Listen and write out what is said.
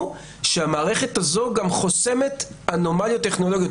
שהמערכת הזו גם חוסמת אנומליות טכנולוגיות,